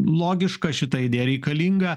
logiška šita idėja reikalinga